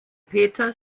peter